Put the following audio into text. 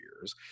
years